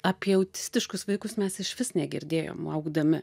apie autistiškus vaikus mes išvis negirdėjom augdami